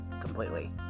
completely